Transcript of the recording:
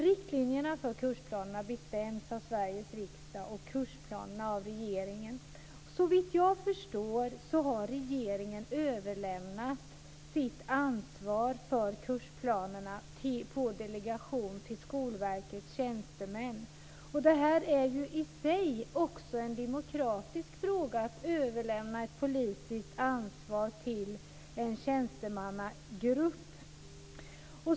Riktlinjerna för kursplanerna bestäms av Sveriges riksdag, kursplanerna av regeringen. Såvitt jag förstår har regeringen överlämnat sitt ansvar för kursplanerna på delegation till Skolverkets tjänstemän. Det är ju i sig också en demokratisk fråga att överlämna ett politiskt ansvar till en tjänstemannagrupp.